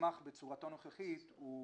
המסמך בצורתו הנוכחית הוא